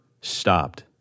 stopped